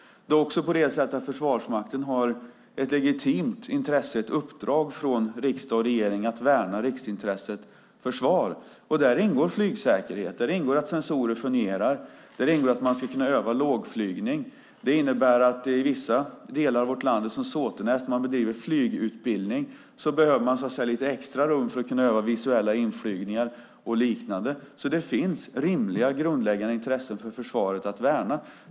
Det är också på det sättet att Försvarsmakten har ett legitimt intresse och uppdrag från riksdag och regering att värna riksintresset försvar. Där ingår flygsäkerhet, där ingår att sensorer fungerar och där ingår att man ska kunna öva lågflygning. Det innebär att man i vissa delar av vårt land, som Såtenäs, där det bedrivs flygutbildning, behöver lite extra rum för att kunna öva visuella inflygningar och liknande. Det finns alltså rimliga, grundläggande intressen för försvaret att värna.